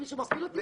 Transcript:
מישהו מפעיל אותי?